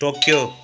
Tokyo